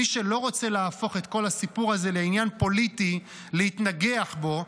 מי שלא רוצה להפוך את כל הסיפור הזה לעניין פוליטי להתנגח בו,